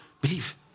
believe